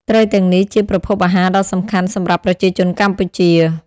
ត្រីទាំងនេះជាប្រភពអាហារដ៏សំខាន់សម្រាប់ប្រជាជនកម្ពុជា។